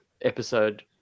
episode